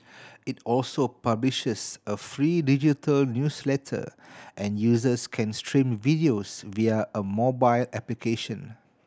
it also publishes a free digital newsletter and users can stream videos via a mobile application